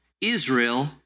Israel